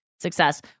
Success